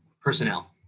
personnel